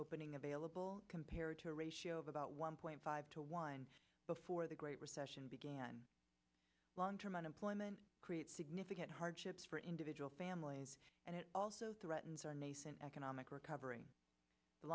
opening available compared to a ratio of about one point five to one before the great recession began long term unemployment create significant hardships for individual families and it also threatens our nascent economic recovery the